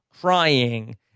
crying